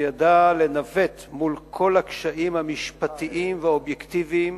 שידע לנווט מול כל הקשיים המשפטיים והאובייקטיביים